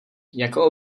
jako